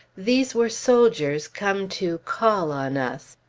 these were soldiers, come to call on us.